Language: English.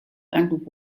and